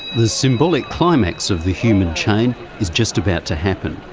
the symbolic climax of the human chain is just about to happen,